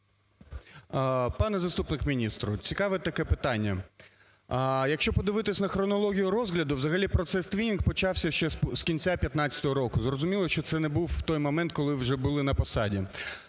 Пане заступник міністра! Цікаве таке питання, якщо подивитися на хронологію розгляду, взагалі процес Twinning почався ще з кінця 2015 року, зрозуміло, що це не був той момент, коли вже були на посаді.